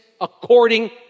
according